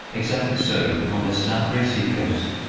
exactly so on this sacre sea-coast.